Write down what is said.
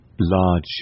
large